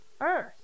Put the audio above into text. earth